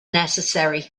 necessary